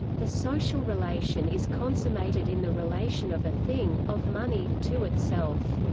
the social relation is consummated in the relation of a thing, of money, to itself.